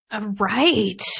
Right